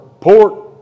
port